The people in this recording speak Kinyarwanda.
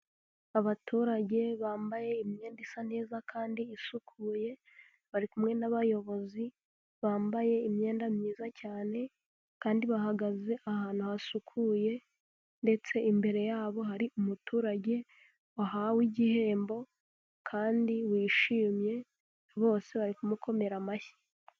Abaturage bambaye imyenda isa neza kandi isukuye, bari kumwe n'abayobozi bambaye imyenda myiza cyane kandi bahagaze ahantu hasukuye ndetse imbere yabo hari umuturage wahawe igihembo kandi wishimye, bose bari kumukomera amashyi.